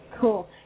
Cool